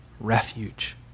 refuge